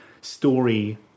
story